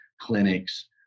clinics